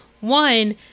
One